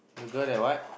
the girl that what